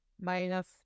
Minus